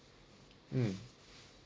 mm